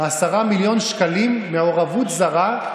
לא יודע, בין 10 ל-20 פעמים בשנתיים האחרונות.